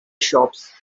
shops